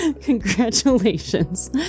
congratulations